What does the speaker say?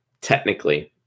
technically